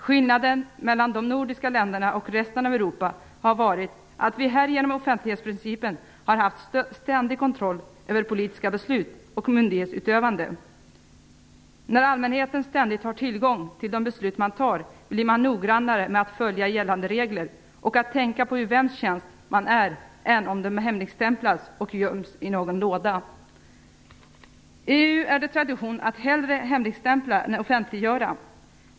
Skillnaden mellan de nordiska länderna och resten av Europa har varit att vi här genom offentlighetsprincipen har haft ständig kontroll över politiska beslut och myndighetsutövande. När allmänheten ständigt har tillgång till de beslut man fattar, blir man noggrannare med att följa gällande regler och att tänka på i vems tjänst man är även om besluten hemligstämplas och göms i någon låda. I EU är det tradition att hellre hemligstämpla än offentliggöra.